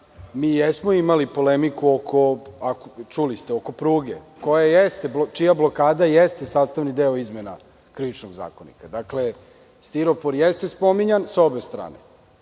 mi jesmo imali polemiku, čuli ste, oko pruga, čija blokada jeste sastavni deo izmena Krivičnog zakonika. Dakle, stiropor jeste spominjan sa obe strane.